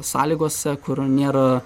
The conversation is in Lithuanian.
sąlygose kur nėra